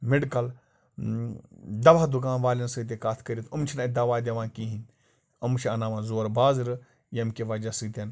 medical دَوا دُکان والٮ۪ن سۭتۍ تہِ کَتھ کٔرِتھ یِم چھِنہٕ اَتہِ دَوا دِوان کِہیٖنۍ یِم چھِ انٛناوان زورٕ بازرٕ ییٚمۍ کہِ وَجہ سۭتۍ